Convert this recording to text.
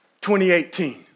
2018